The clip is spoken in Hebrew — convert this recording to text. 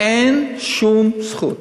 אין שום זכות.